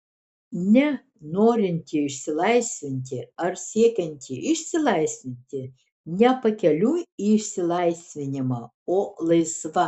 ne norinti išsilaisvinti ar siekianti išsilaisvinti ne pakeliui į išsilaisvinimą o laisva